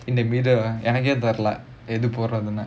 in the middle எனக்கே தெரில எது போடுறதுனு:ennakkae terila ethu podurathunnu